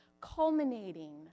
culminating